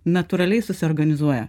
natūraliai susiorganizuoja